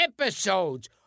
episodes